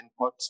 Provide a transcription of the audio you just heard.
inputs